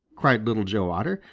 cried little joe otter.